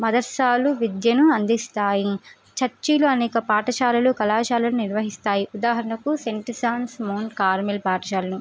మదర్శాలు విద్యను అందిస్తాయి చర్చిలు అనేక పాఠశాలలు కళాశాలను నిర్వహిస్తాయి ఉదాహరణకు సెంట్ సాన్ మౌంట్ కార్మిల్ పాఠశాలను